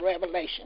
Revelation